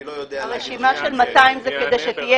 אני לא --- אני אענה ברצון על ההערה.